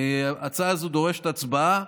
הצעה זו דורשת הצבעה.